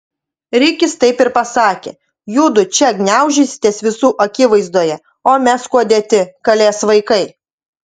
rikis taip ir pasakė judu čia gniaužysitės visų akivaizdoje o mes kuo dėti kalės vaikai